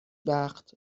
وقت